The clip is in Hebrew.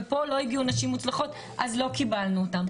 ופה לא הגיעו נשים מוצלחות אז לא קיבלנו אותן.